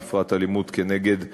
בפרט אלימות כנגד נשים.